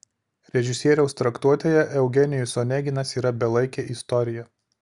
režisieriaus traktuotėje eugenijus oneginas yra belaikė istorija